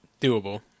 Doable